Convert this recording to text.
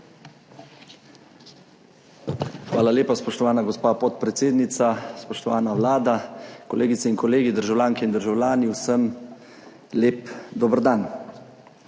Hvala lepa, spoštovana gospa podpredsednica. Spoštovana vlada, kolegice in kolegi, državljanke in državljani! Vsem lep dober dan!